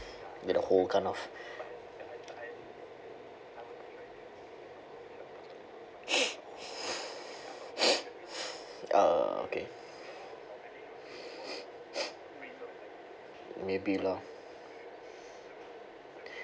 you know whole kind of uh okay maybe lah